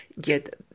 get